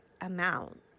amount